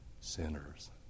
sinners